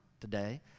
today